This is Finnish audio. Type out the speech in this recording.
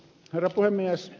herra puhemies